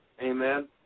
Amen